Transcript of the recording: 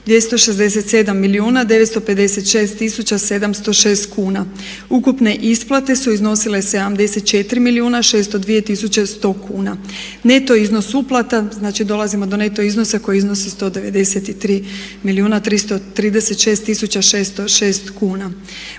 tisuća 706 kuna. Ukupne isplate su iznosile 74 milijuna 602 tisuće 100 kuna. Neto iznos uplata znači, dolazimo do neto iznosa koji iznosi 193 milijuna